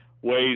ways